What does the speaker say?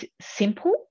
simple